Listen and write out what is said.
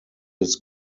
his